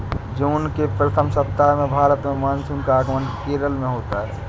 जून के प्रथम सप्ताह में भारत में मानसून का आगमन केरल में होता है